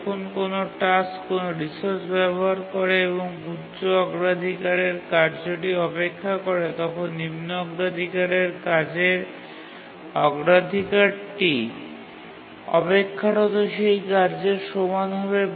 যখন কোনও টাস্ক কোনও রিসোর্স ব্যবহার করে এবং উচ্চ অগ্রাধিকারের কাজটি অপেক্ষা করে তখন নিম্ন অগ্রাধিকারের কাজের অগ্রাধিকারটি অপেক্ষারত সেই কার্যের সমান হবে